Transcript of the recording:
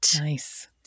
Nice